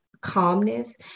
calmness